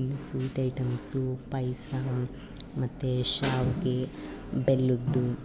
ಇನ್ನೂ sweet items ಪಾಯ್ಸ ಮತ್ತು ಶಾವಿಗೆ ಬೆಲ್ಲದ್ದು